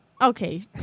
Okay